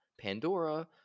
Pandora